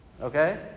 Okay